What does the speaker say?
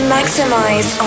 Maximize